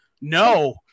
no